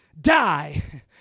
Die